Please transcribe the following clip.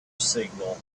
signal